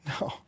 No